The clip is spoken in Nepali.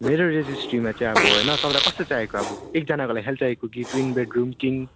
मेरो यो डिस्ट्रिक्टमा चाहिँ अब होइन तपाईँलाई कस्तो चाहिएको अब एकजनाका लागि खाली चाहिएको कि ट्विन बेडरुम किङ